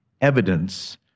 evidence